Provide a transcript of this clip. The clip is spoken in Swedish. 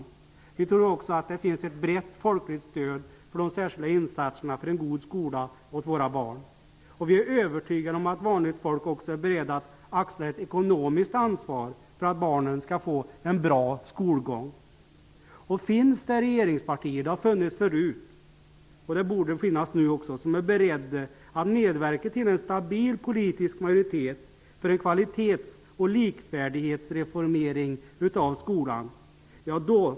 Vi tror också att det finns ett brett folkligt stöd för de särskilda insatserna för en god skola åt våra barn. Vi är övertygade om att vanliga människor också är beredda att axla ett ekonomiskt ansvar för att barnen skall få en bra skolgång. Finns det regeringspartier som är beredda att medverka till att det blir en stabil politisk majoritet för en kvalitets och likvärdighetsreformering av skolan? Det har funnits förut, och det borde finnas nu.